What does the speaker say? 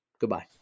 Goodbye